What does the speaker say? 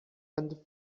and